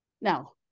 Now